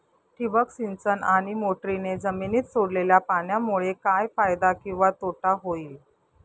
ठिबक सिंचन आणि मोटरीने जमिनीत सोडलेल्या पाण्यामुळे काय फायदा किंवा तोटा होईल?